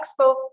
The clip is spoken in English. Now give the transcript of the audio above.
Expo